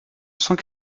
cent